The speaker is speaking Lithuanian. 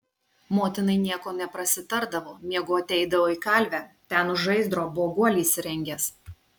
motinai nieko neprasitardavo miegoti eidavo į kalvę ten už žaizdro buvo guolį įsirengęs